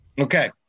Okay